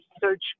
search